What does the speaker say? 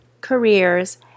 careers